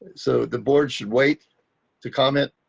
so the board should wait to comment.